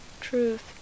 truth